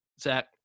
Zach